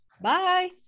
Bye